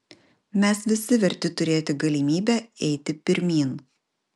mes visi verti turėti galimybę eiti pirmyn